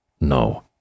no